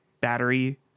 battery